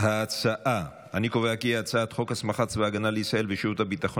ההצעה להעביר את הצעת חוק הסמכת צבא הגנה לישראל ושירות הביטחון